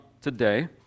today